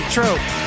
True